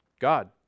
God